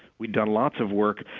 we've done lots of work,